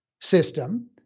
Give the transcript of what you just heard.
system